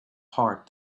heart